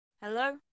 Hello